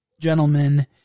gentlemen